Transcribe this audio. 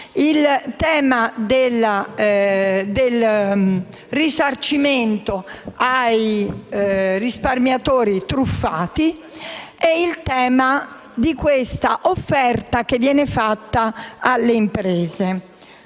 il tema del risarcimento ai risparmiatori truffati e il tema dell'offerta che viene fatta alle imprese.